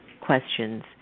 questions